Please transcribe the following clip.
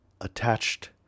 attached